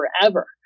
forever